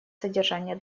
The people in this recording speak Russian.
содержание